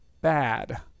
bad